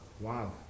Wow